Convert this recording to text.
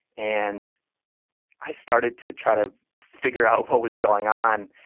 and i started to try to figure out what was going on,